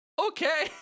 Okay